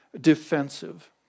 defensive